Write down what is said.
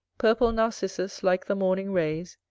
purple narcissus like the morning rays,